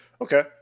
Okay